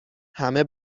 همه